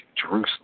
Jerusalem